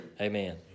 Amen